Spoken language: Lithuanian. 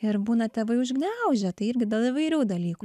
ir būna tėvai užgniaužia tai irgi dėl įvairių dalykų